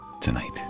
tonight